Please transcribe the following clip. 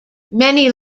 many